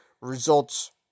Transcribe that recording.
results